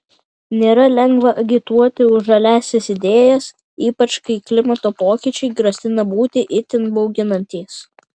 nėra lengva agituoti už žaliąsias idėjas ypač kai klimato pokyčiai grasina būti itin bauginantys